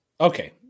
Okay